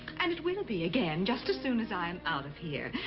and it will be again just as soon as i'm out of here,